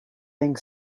being